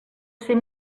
ser